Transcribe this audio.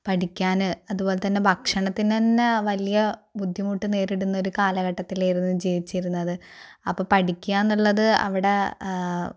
അതുപോലെതന്നെ ഭക്ഷണത്തിന് തന്നെ വലിയ ബുദ്ധിമുട്ട് നേരിടുന്ന ഒരു കാലഘട്ടത്തിലായിരുന്നു ജീവിച്ചിരുന്നത് അപ്പം പഠിക്കുക എന്നുള്ളത് അവിടെ